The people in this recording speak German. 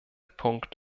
punkt